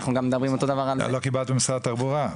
לא קיבלת ממשרד התחבורה?